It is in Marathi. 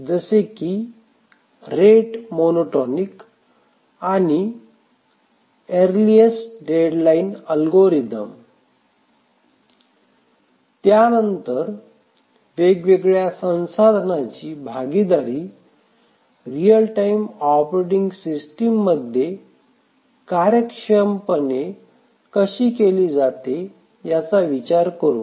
जसे की रेट मोनोटॉनिक आणि अर्लिएस्ट डेडलाईन अल्गोरिथम त्यानंतर वेगवेगळ्या संसाधनांची भागीदारी रियल टाइम ऑपरेटिंग सिस्टिम मध्ये कार्यक्षमपणे कशी केली जाते याचा विचार करू